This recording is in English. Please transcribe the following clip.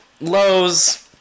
Lowe's